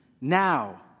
now